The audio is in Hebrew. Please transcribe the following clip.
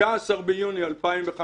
ב-15 ביוני 2015